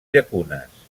llacunes